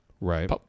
right